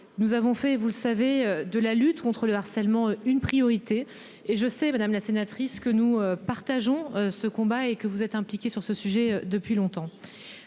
Nous avons fait et vous le savez de la lutte contre le harcèlement une priorité et je sais Madame la sénatrice que nous partageons ce combat et que vous êtes impliqué sur ce sujet depuis longtemps.